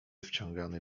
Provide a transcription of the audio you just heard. wciągany